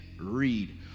read